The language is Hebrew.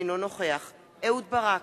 אינו נוכח אהוד ברק,